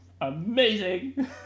amazing